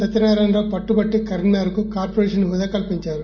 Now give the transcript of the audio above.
సత్యనారాయణ రావు పట్టుబట్టి కరీంనగర్ కు కార్పొరేషస్ హోదా కల్పించారు